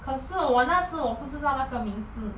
可是我那时我不知道那个名字:ke shi wona shi wo bu zhi dao na ge ming zi